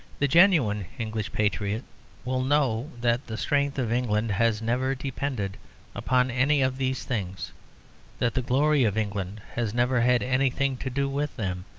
the genuine english patriot will know that the strength of england has never depended upon any of these things that the glory of england has never had anything to do with them,